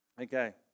Okay